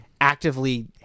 actively